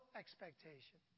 expectation